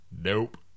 Nope